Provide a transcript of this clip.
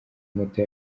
moto